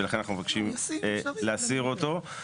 ולכן, אנחנו מבקשים להסיר אותו.